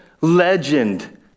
Legend